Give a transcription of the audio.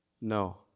No